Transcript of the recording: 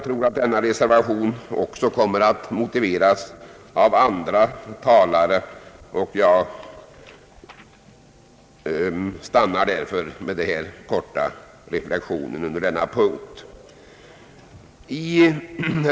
Då denna reservation kommer att motiveras av andra talare inskränker jag mig till dessa ord under denna punkt.